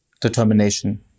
determination